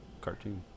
cartoon